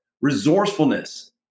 resourcefulness